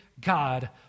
God